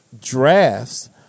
drafts